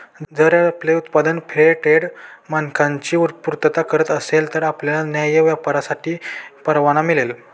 जर आपले उत्पादन फेअरट्रेड मानकांची पूर्तता करत असेल तर आपल्याला न्याय्य व्यापारासाठी परवाना मिळेल